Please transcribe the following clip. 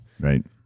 Right